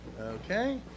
okay